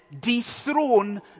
dethrone